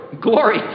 Glory